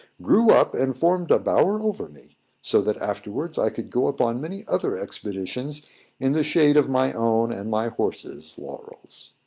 grew up, and formed a bower over me so that afterwards i could go upon many other expeditions in the shade of my own and my horse's laurels.